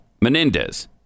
Menendez